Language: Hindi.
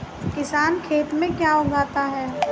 किसान खेत में क्या क्या उगाता है?